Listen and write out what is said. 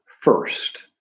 first